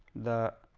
the